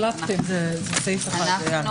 אנחנו